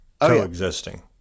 coexisting